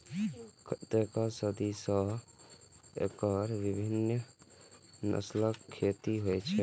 कतेको सदी सं एकर विभिन्न नस्लक खेती होइ छै